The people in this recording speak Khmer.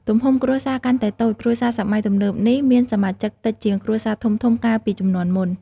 ទំហំគ្រួសារកាន់តែតូចគ្រួសារសម័យទំនើបនេះមានសមាជិកតិចជាងគ្រួសារធំៗកាលពីជំនាន់មុន ។